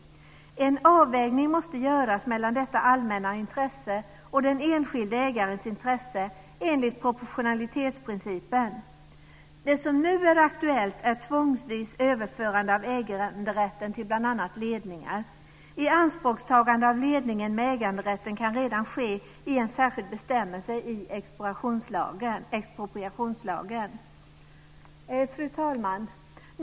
En avvägning måste göras mellan detta allmänna intresse och den enskilde ägarens intresse enligt proportionalitetsprincipen. Det som nu är aktuellt är tvångsvis överförande av äganderätten till bl.a. ledningar. Ianspråkstagande av ledningen med äganderätten kan redan ske enligt en särskild bestämmelse i expropriationslagen. Fru talman!